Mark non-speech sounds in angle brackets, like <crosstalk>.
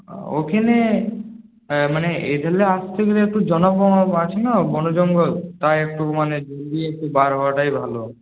ওখানে মানে এবেলা আসতে গেলে একটু জন <unintelligible> আছে না বন জঙ্গল তাই একটু মানে জলদি একটু বার হওয়াটাই ভালো